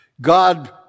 God